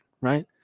right